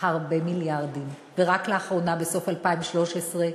הרבה מיליארדים, ורק לאחרונה, בסוף 2013,